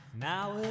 Now